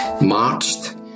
marched